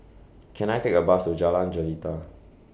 Can I Take A Bus to Jalan Jelita